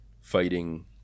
fighting